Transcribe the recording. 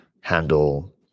handle